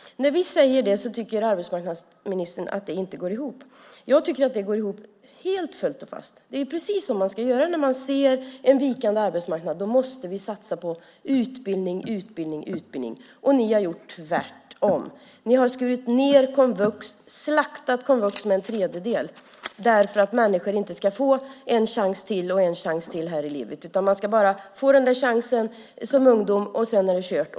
När vi säger det tycker arbetsmarknadsministern att det inte går ihop. Jag tycker att det går ihop helt fullt och fast. Det är precis så man ska göra när man ser en vikande arbetsmarknad. Då måste vi satsa på utbildning, utbildning, utbildning. Ni har gjort tvärtom. Ni har skurit ned komvux, slaktat komvux med en tredjedel. Människor ska inte få en chans, en chans till och en chans till här i livet. De ska bara få chansen som ungdom, och sedan är det kört.